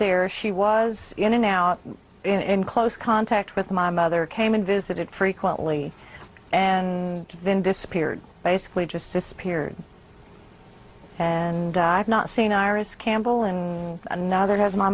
there she was in and out in close contact with my mother came and visited frequently and then disappeared basically just disappeared and i've not seen iris campbell and another has my